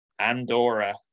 Andorra